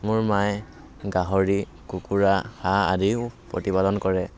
মোৰ মায়ে গাহৰি কুকুৰা হাঁহ আদিও প্ৰতিপালন কৰে